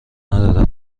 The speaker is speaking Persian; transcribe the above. ندارد